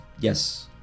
yes